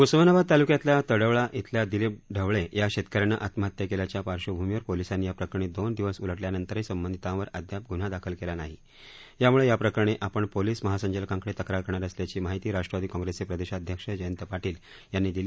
उस्मानाबाद तालुक्यातल्या तडवळा इथल्या दिलीप ढवळे या शेतकऱ्यानं आत्महत्या केल्याच्या पार्श्वभूमीवर पोलिसांनी या प्रकरणी दोन दिवस उलटल्यानंतरही संबंधितांवर अद्याप गुन्हा दाखल केलेला नाही त्यामुळे याप्रकरणी आपण पोलीस महासंचालकांकडे तक्रार करणार असल्याची माहिती राष्ट्रवादी कॉप्रेसचे प्रदेशाध्यक्ष जयंत पाटील यांनी दिली